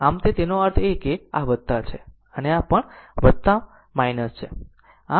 આમ તે તેનો અર્થ એ કે આ વત્તા છે અને આ પણ છે